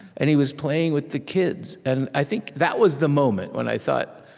and he was playing with the kids. and i think that was the moment when i thought,